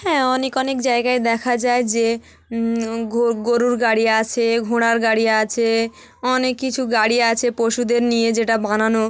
হ্যাঁ অনেক অনেক জায়গায় দেখা যায় যে গোরুর গাড়ি আছে ঘোড়ার গাড়ি আছে অনেক কিছু গাড়ি আছে পশুদের নিয়ে যেটা বানানো